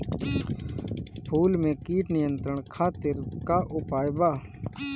फूल में कीट नियंत्रण खातिर का उपाय बा?